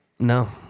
No